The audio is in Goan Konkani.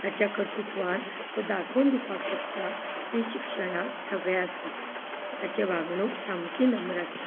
ताच्या कर्तुत्वान तो दाखोवन दिवपाक शकता की शिक्षणांत सगळें आसता ताचे वागणूक सामकी नम्र आसता